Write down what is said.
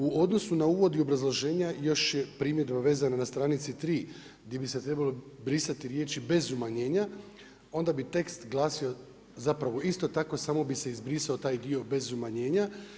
U odnosu na uvod i obrazloženja još je primjedba vezana na stranici 3. gdje bi se trebalo brisati riječi „bez umanjenja“, onda bi tekst glasio zapravo isto tako samo bi se izbrisao taj dio bez umanjenja.